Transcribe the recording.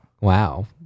Wow